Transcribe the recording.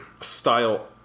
style